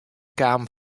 kaam